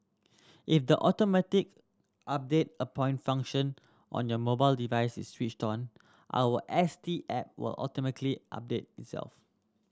if the automatic update a point function on your mobile device is switched on our S T app will automatically update itself